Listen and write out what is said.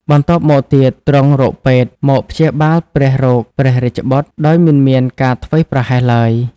បន្ទប់មកទៀតទ្រង់រកពេទ្យ មកព្យាបាលព្រះរោគព្រះរាជបុត្រ ដោយមិនមានការធ្វេសប្រហែសឡើយ